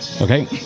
Okay